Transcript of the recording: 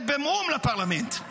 תורמת במאום לפרלמנט,